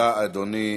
תודה, אדוני.